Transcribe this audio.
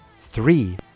three